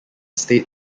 state